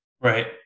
Right